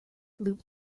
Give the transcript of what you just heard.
loop